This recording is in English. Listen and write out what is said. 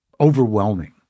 overwhelming